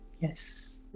yes